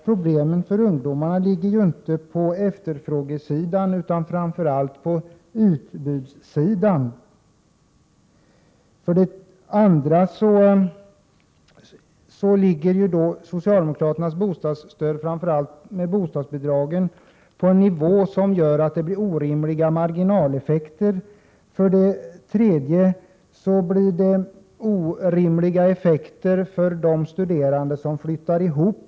Problemen för ungdomar ligger inte på efterfrågesidan, utan de ligger framför allt på utbudssidan. Socialdemokraternas bostadsstöd, framför allt bostadsbidragen, ligger på en nivå som innebär att det blir orimliga marginaleffekter. Reglerna får dessutom orimliga effekter för studerande som flyttar ihop.